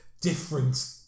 different